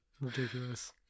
Ridiculous